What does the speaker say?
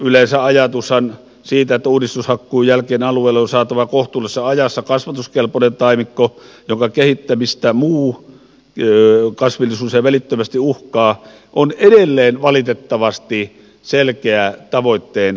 yleensähän ajatus siitä että uudistushakkuun jälkeen alueelle on saatava kohtuullisessa ajassa kasvatuskelpoinen taimikko jonka kehittämistä muu kasvillisuus ei välittömästi uhkaa on edelleen valitettavasti selkeä tavoitteen osalta